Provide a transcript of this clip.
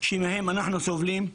שמהם אנחנו סובלים.